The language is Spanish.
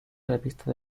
revista